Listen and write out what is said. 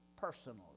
personally